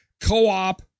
co-op